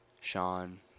Sean